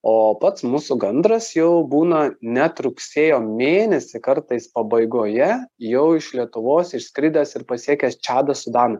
o pats mūsų gandras jau būna net rugsėjo mėnesį kartais pabaigoje jau iš lietuvos išskridęs ir pasiekęs čadą sudaną